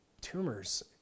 tumors